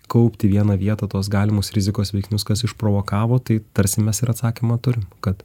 kaupti į vieną vietą tuos galimus rizikos veiksnius kas išprovokavo tai tarsi mes ir atsakymą turim kad